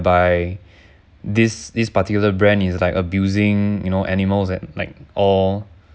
by this this particular brand is like abusing you know animals at like or